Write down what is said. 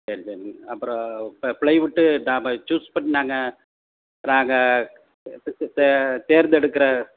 சரி சரிங்க அப்புறம் ப்ளை ப்ளைவுட்டு சூஸ் பண்ணி நாங்கள் நாங்கள் தேர்ந்தெடுக்கிற